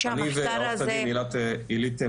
אני ועורכת דין הילית מידן.